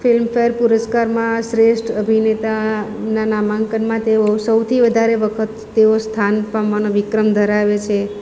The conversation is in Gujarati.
ફિલ્મફેર પુરસ્કારમાં શ્રેષ્ઠ અભિનેતાનાં નામાંકનમાં તેઓ સૌથી વધારે વખત તેઓ સ્થાન પામવાનો વિક્રમ ધરાવે છે